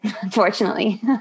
unfortunately